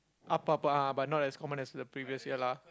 up up ah but not as common as the previous year lah